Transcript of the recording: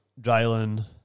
Jalen